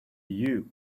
you